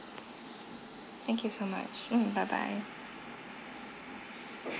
thank you so much mm bye bye